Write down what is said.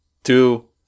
two